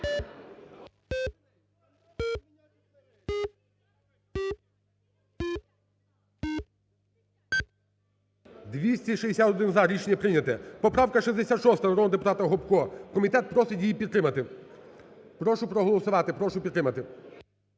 За-261 Рішення прийнято. Поправка 66 народного депутата Гопко. Комітет просить її підтримати. Прошу проголосувати, прошу підтримати.